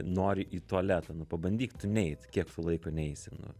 nori į tualetą nu pabandyk tu neit kiek tu laiko neisi nu